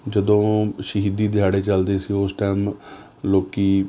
ਜਦੋਂ ਸ਼ਹੀਦੀ ਦਿਹਾੜੇ ਚੱਲਦੇ ਸੀ ਉਸ ਟਾਈਮ ਲੋਕ